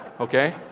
okay